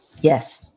Yes